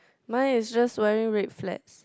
mine is just wearing red flats